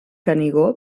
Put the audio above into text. canigó